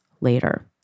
later